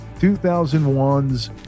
2001's